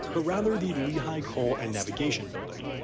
but rather the lehigh coal and navigation building.